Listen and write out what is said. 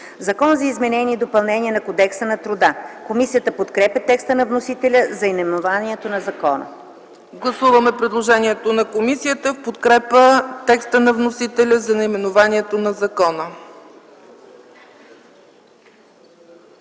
„Закон за изменение и допълнение на Кодекса на труда”. Комисията подкрепя текста на вносителя за наименованието на закона. ПРЕДСЕДАТЕЛ ЦЕЦКА ЦАЧЕВА: Гласуваме предложението на комисията в подкрепа текста на вносителя за наименованието на закона.